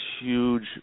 huge